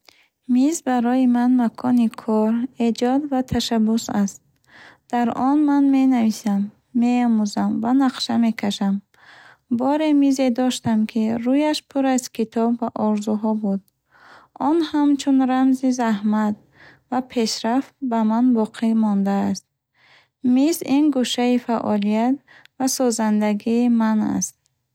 Миз барои ман макони кор, эҷод ва ташаббус аст. Дар он ман менависам, меомӯзам ва нақша мекашам. Боре мизе доштам, ки рӯяш пур аз китоб ва орзуҳо буд. Он ҳамчун рамзи заҳмат ва пешрафт ба ман боқӣ мондааст. Миз ин гӯшаи фаъолият ва созандагии ман аст.